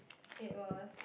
it was